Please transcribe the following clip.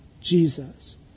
Jesus